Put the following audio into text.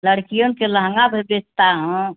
लड़कीयन के लहंगा भी बेचता हूँ